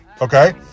Okay